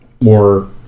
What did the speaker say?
More